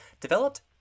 Developed